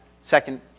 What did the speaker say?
second